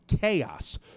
CHAOS